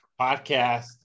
Podcast